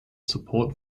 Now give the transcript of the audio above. support